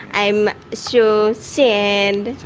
i'm so sad, and